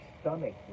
stomach